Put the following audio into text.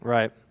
Right